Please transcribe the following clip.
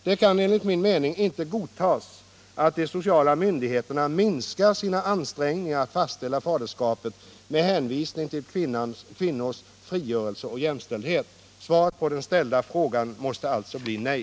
Det kan enligt min uppfattning inte godtas att de sociala myndigheterna minskar sina ansträngningar att fastställa faderskap med hänvisning till kvinnors frigörelse och jämställdhet. Svaret på den ställda frågan måste alltså bli nej.